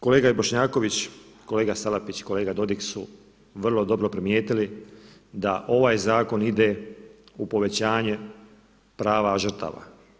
Kolega i Bošnjaković, kolega Salapić i kolega Dodig su vrlo dobro primijetili da ovaj zakon ide u povećanje prava žrtava.